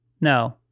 No